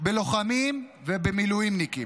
בלוחמים ובמילואימניקים.